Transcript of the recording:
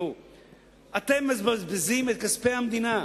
אתם מבזבזים את כספי המדינה,